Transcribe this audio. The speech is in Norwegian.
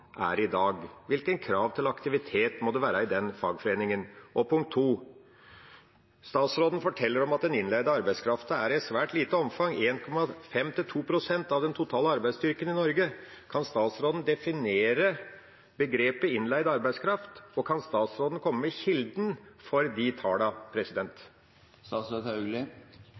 er i dag – hvilke krav til aktivitet må det være i den fagforeningen? Punkt to: Statsråden forteller om at den innleide arbeidskraften er av et svært lite omfang, 1,5–2 pst. av den totale arbeidsstyrken i Norge. Kan statsråden definere begrepet innleid arbeidskraft? Og kan statsråden komme med kilden til de